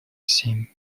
семь